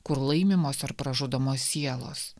kur laimimos ar pražudomos sielos